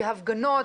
בהפגנות,